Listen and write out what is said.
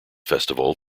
festival